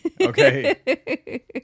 Okay